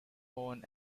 own